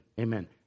Amen